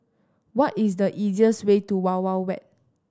what is the easiest way to Wild Wild Wet